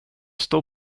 står